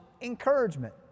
encouragement